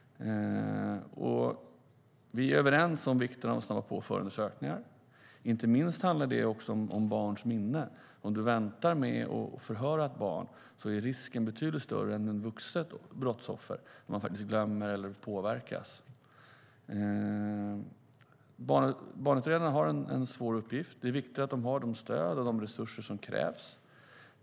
Vi är överens om vikten av att snabba på förundersökningar. Inte minst handlar det om barns minne, för om du väntar med att förhöra ett barn är risken betydligt större än med ett vuxet brottsoffer att barnet glömmer eller påverkas. Barnutredarna har en svår uppgift, och det är viktigt att de har det stöd och de resurser som krävs.